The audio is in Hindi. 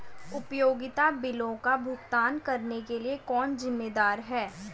उपयोगिता बिलों का भुगतान करने के लिए कौन जिम्मेदार है?